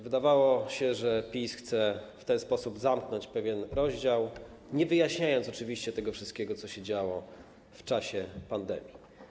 Wydawało się, że PiS chce w ten sposób zamknąć pewien rozdział, nie wyjaśniając oczywiście tego wszystkiego, co się działo w czasie pandemii.